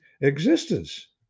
existence